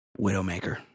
Widowmaker